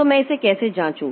तो मैं इसे कैसे जांचूं